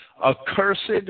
accursed